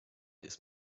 ist